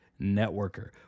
networker